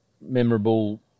memorable